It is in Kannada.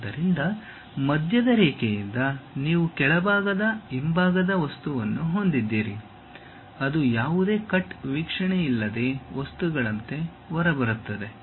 ಆದ್ದರಿಂದ ಮಧ್ಯದ ರೇಖೆಯಿಂದ ನೀವು ಕೆಳಭಾಗದ ಹಿಂಭಾಗದ ವಸ್ತುವನ್ನು ಹೊಂದಿದ್ದೀರಿ ಅದು ಯಾವುದೇ ಕಟ್ ವೀಕ್ಷಣೆಯಿಲ್ಲದೆ ವಸ್ತುಗಳಂತೆ ಹೊರಬರುತ್ತದೆ